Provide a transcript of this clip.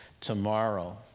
tomorrow